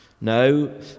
No